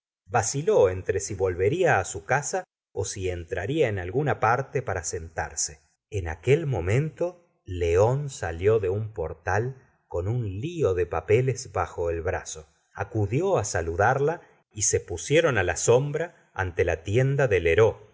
vaciló entre si volvería su casa ó si entraría en alguna parte para sentarse en aquel momento león salió de un portal con un lío de papeles bajo el brazo acudió saludarla y se pusieron la sombra ante la tienda de